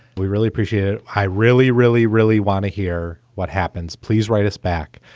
we really appreciate it. i really, really, really want to hear what happens. please write us back.